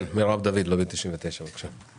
כן, מרב דוד, לובי 99, בקשה.